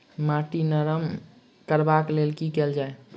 माटि नरम करबाक लेल की केल जाय?